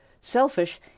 selfish